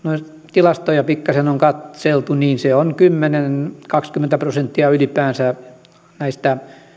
tilastoja pikkasen on katseltu ja se on kymmenen viiva kaksikymmentä prosenttia ylipäänsä näistä